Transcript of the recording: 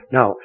Now